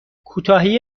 کوتاهی